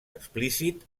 explícit